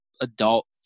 adult